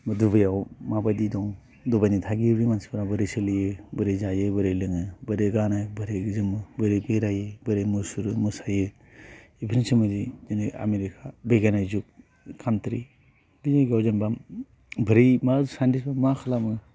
डुबाइआव माबायदि दं डुबाइनि थागिबि मानसिफोरा बोरै सोलियो बोरै जायो बोरै लोङो बोरै गानो बोरै जोमो बोरै बेरायो बोरै मुसुरो मोसायो बेफोरनि सोमोन्दै बिदिनो आमेरिका बैग्यानिग जुग काउन्ट्रि बे जायगायाव जेनेबा बोरै मा साइन्टिस्टफोरा मा खालामो